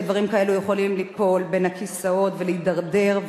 ודברים כאלה יכולים ליפול בין הכיסאות ולהידרדר,